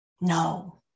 No